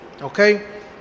Okay